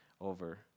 over